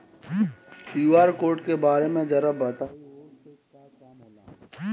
QR code के बारे में जरा बताई वो से का काम होला?